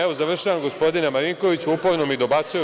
Evo završavam, gospodine Marinkoviću, uporno mi dobacuju.